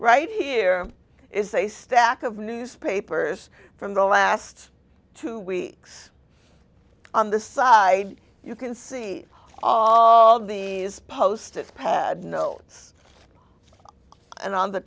right here is a stack of newspapers from the last two weeks on the side you can see all these posters pad no it's and on the